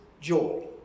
joy